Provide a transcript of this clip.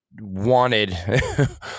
wanted